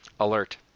Alert